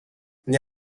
née